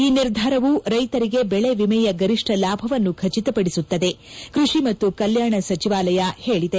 ಈ ನಿರ್ಧಾರವು ರೈತರಿಗೆ ಬೆಳೆ ವಿಮೆಯ ಗರಿಷ್ಠ ಲಾಭವನ್ನು ಖಚಿತಪಡಿಸುತ್ತದೆ ಕೃಷಿ ಮತ್ತು ರೈತ ಕಲ್ಯಾಣ ಸಚಿವಾಲಯ ಹೇಳಿದೆ